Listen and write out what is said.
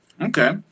okay